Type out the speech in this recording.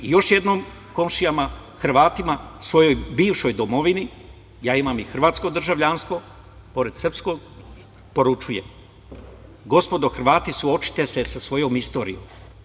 Još jednom, komšijama Hrvatima, svojoj bivšoj domovini, ja imam i hrvatsko državljanstvo pored srpskog, poručujem – gospodo Hrvati, suočite se sa svojom istorijom.